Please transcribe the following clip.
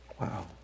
Wow